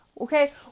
Okay